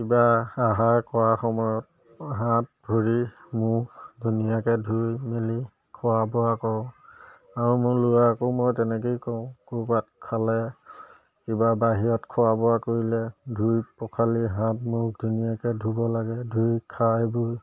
কিবা আহাৰ খোৱাৰ সময়ত হাত ভৰি মুখ ধুনীয়াকৈ ধুই মেলি খোৱা বোৱা কৰোঁ আৰু মোৰ ল'ৰাকো মই তেনেকেই কৰোঁ ক'ৰবাত খালে কিবা বাহিৰত খোৱা বোৱা কৰিলে ধুই পখালি হাত মুখ ধুনীয়াকৈ ধুব লাগে ধুই খাই বৈ